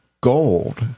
Gold